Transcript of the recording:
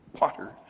water